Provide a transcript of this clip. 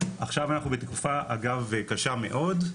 עכשיו אנחנו בתקופה אגב קשה מאוד,